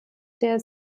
der